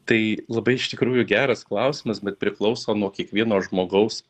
tai labai iš tikrųjų geras klausimas bet priklauso nuo kiekvieno žmogaus